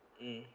mm